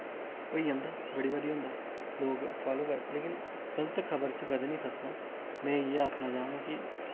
होई जंदा बड़ी बारी होंदा लोक फालो क लेकिन गलत खबर च कदें निं फसना में इ'यै आखना चाह्ङ कि